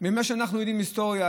ממה שאנחנו יודעים מההיסטוריה,